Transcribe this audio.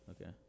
Okay